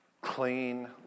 clean